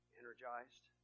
energized